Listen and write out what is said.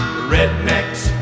Rednecks